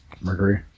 Mercury